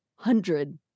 Hundred